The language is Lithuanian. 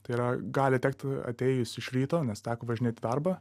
tai yra gali tekti atėjus iš ryto nes teko važinėti į darbą